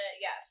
Yes